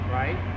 right